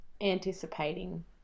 anticipating